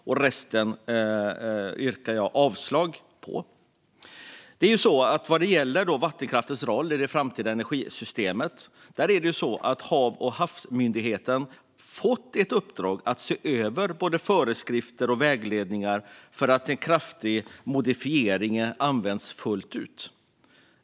Övriga reservationer yrkar jag avslag på. När det gäller vattenkraftens roll i det framtida energisystemet har Havs och vattenmyndigheten fått ett uppdrag att se över både föreskrifter och vägledningar så att möjligheterna till undantag och förklarande av vatten som kraftigt modifierade används fullt ut.